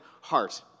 heart